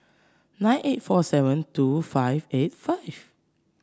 nine eight four seven two five eight five